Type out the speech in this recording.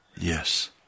Yes